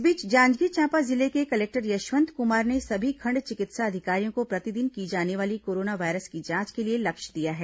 इस बीच जांजगीर चांपा जिले के कलेक्टर यशवंत कुमार ने सभी खंड चिकित्सा अधिकारियों को प्रतिदिन की जाने वाली कोरोना वायरस की जांच के लिए लक्ष्य दिया है